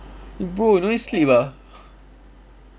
bro you no need sleep ah